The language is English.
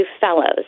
fellows